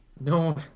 No